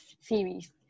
series